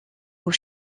aux